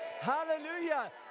Hallelujah